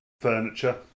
Furniture